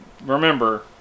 remember